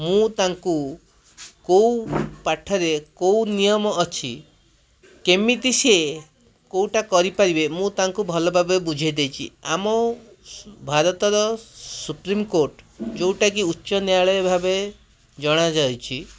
ମୁଁ ତାଙ୍କୁ କେଉଁ ପାଠରେ କେଉଁ ନିୟମ ଅଛି କେମିତି ସିଏ କେଉଁଟା କରିପାରିବେ ମୁଁ ତାଙ୍କୁ ଭଲଭାବରେ ବୁଝାଇ ଦେଇଛି ଆମ ଭାରତର ସୁପ୍ରିମ୍ କୋର୍ଟ ଯେଉଁଟା କି ଉଚ୍ଚନ୍ୟାୟଳୟ ଭାବେ ଜଣାଯାଇଛି